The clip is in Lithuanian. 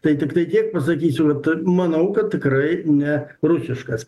tai tiktai kiek pasakysiu kad manau kad tikrai ne rusiškas